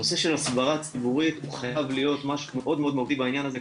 הנושא של הסדרה ציבורית הוא חייב להיות משהו מאוד מהותי בעניין הזה,